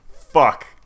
Fuck